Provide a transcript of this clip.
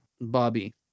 Bobby